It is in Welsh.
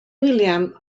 william